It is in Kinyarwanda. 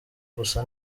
gusa